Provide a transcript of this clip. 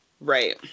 Right